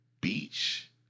beach